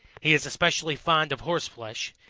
he is especially fond of horse flesh,